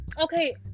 Okay